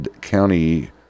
County